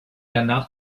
danach